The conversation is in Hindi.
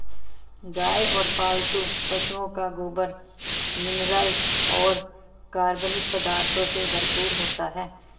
गाय और पालतू पशुओं का गोबर मिनरल्स और कार्बनिक पदार्थों से भरपूर होता है